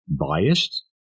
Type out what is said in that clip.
biased